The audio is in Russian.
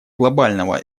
глобального